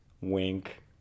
Wink